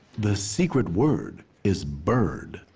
the secret word is bird.